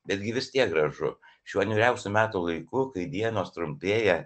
betgi vis tiek gražu šiuo niūriausiu metų laiku kai dienos trumpėja